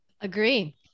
Agree